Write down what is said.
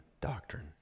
doctrine